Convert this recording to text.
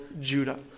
Judah